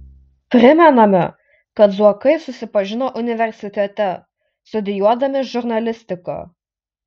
primename kad zuokai susipažino universitete studijuodami žurnalistiką